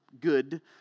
good